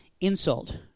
insult